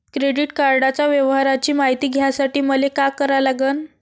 Credit कार्डाच्या व्यवहाराची मायती घ्यासाठी मले का करा लागन?